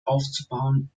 aufzubauen